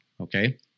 Okay